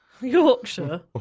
Yorkshire